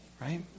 right